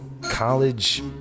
college